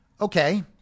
Okay